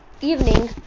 evening